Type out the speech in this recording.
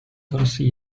torsji